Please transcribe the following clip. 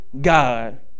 God